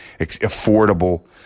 affordable